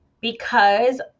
because-